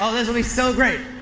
ah this'll be so great.